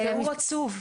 זה תיאור עצוב.